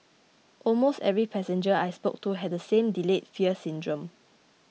almost every passenger I spoke to had the same delayed fear syndrome